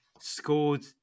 scored